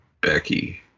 Becky